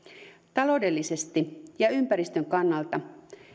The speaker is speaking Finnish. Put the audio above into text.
taloudellisesti ja ympäristön kannalta